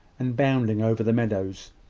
and bounding over the meadow.